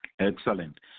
Excellent